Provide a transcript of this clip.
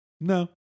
No